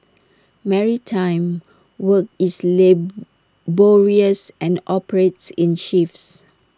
maritime work is laborious and operates in shifts